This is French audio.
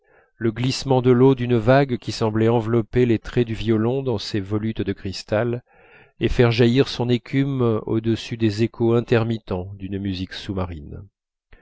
le glissement de l'eau d'une vague qui semblait envelopper les traits du violon dans ses volutes de cristal et faire jaillir son écume au-dessus des échos intermittents d'une musique sous-marine